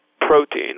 protein